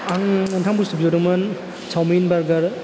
आं मोन्थाम बुस्थु बिहरदोंन चावमिन बार्गार